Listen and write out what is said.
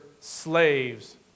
slaves